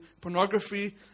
pornography